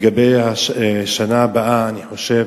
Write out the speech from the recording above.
לגבי השנה הבאה, אני חושב